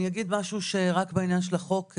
אני אגיד משהו רק בעניין של החוק,